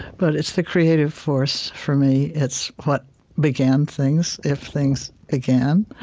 but it's the creative force for me. it's what began things if things began.